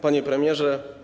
Panie Premierze!